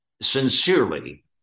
sincerely